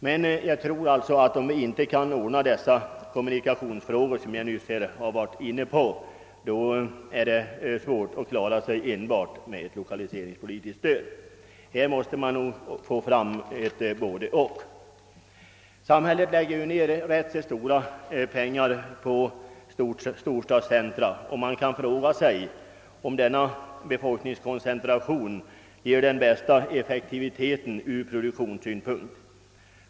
Men jag tror, som sagt, att om vi inte kan ordna de kommunikationsfrågor som jag nyss har varit inne på, blir det svårt att klara det hela enbart genom lokaliseringspolitiskt stöd. Här behövs ett både -— och. Samhället lägger ner ganska mycket pengar på storstadscentra, och man kan fråga sig, om denna befolkningskoncentration ger den bästa effektiviteten ur produktionssynpunkt.